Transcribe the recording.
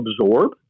absorb